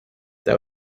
that